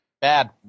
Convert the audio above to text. Bad